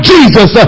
Jesus